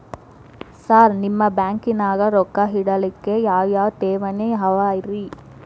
Sir ನಿಮ್ಮ ಬ್ಯಾಂಕನಾಗ ರೊಕ್ಕ ಇಡಲಿಕ್ಕೆ ಯಾವ್ ಯಾವ್ ಠೇವಣಿ ಅವ ರಿ?